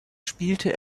spielte